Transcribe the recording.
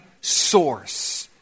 source